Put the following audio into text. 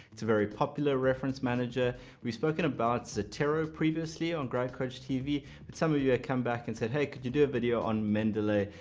it's a very popular reference manager we've spoken about zotero previously on grad coach tv but some of you have come back and said hey could you do a video on mendeley?